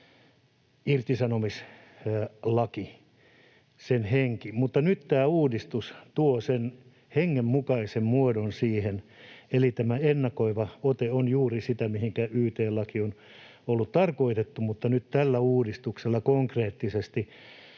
enemmänkin irtisanomislaki, mutta nyt tämä uudistus tuo sen hengen mukaisen muodon siihen. Eli tämä ennakoiva ote on juuri sitä, mihinkä yt-laki on ollut tarkoitettu, ja nyt tällä uudistuksella konkreettisesti